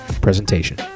presentation